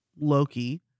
Loki